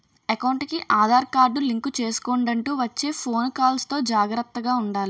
ఎకౌంటుకి Aadhaar card link చేసుకొండంటూ వచ్చే ఫోను కాల్స్ తో జాగర్తగా ఉండాలి